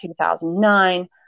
2009